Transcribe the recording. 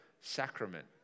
sacrament